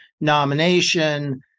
nomination